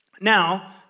Now